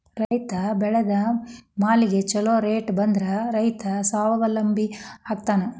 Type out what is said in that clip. ರೈತ ಬೆಳೆದ ಮಾಲಿಗೆ ಛೊಲೊ ರೇಟ್ ಬಂದ್ರ ರೈತ ಸ್ವಾವಲಂಬಿ ಆಗ್ತಾನ